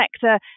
sector